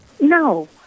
No